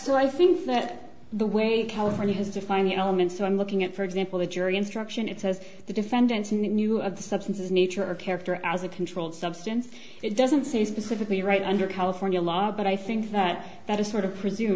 so i think that the way california has defined you know i'm in so i'm looking at for example the jury instruction it says the defendants knew of the substance nature of character as a controlled substance it doesn't say specifically right under california law but i think that that is sort of presume